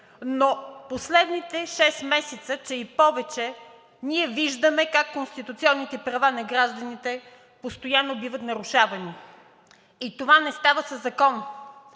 но последните шест месеца, че и повече, ние виждаме как конституционните права на гражданите постоянно биват нарушавани и това не става със закон.